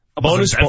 Bonus